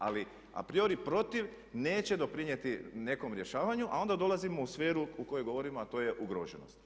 Ali a priori protiv neće doprinijeti nekom rješavanju, a onda dolazimo u sferu u kojoj govorimo, a to je ugroženost.